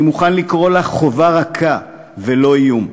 אני מוכן לקרוא לה "חובה רכה" ולא איום.